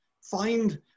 find